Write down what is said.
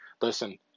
listen